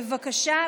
בבקשה.